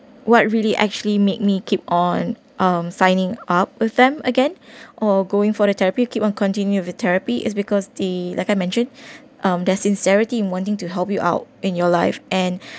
what really actually made me keep on um signing up with them again or going for the therapy keep on continue the therapy is because they like I mentioned um their sincerity in wanting to help you out in your life and